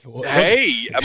Hey